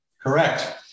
Correct